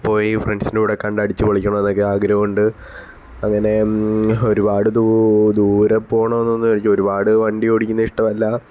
പോയി ഫ്രണ്ട്സിൻ്റെ കൂടെ കണ്ട് അടിച്ച് പൊളിക്കണമെന്നൊക്കെ ആഗ്രഹമുണ്ട് അങ്ങനേ ഒരുപാട് ദൂ ദൂരെ പോകണോയെന്നൊന്നു ചോദിച്ചാൽ ഒരുപാട് വണ്ടി ഓടിക്കുന്നത് ഇഷ്ടമല്ല